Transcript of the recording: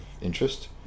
interest